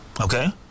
Okay